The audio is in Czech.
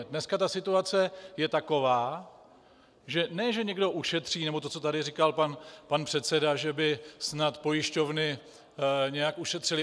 Dneska ta situace je taková, že ne že někdo ušetří, nebo to, co tady říkal pan předseda, že by snad pojišťovny nějak ušetřily.